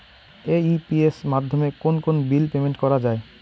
AEPS মাধ্যমে কোন কোন বিল পেমেন্ট করা যায়?